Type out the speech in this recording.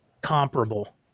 comparable